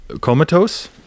comatose